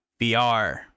VR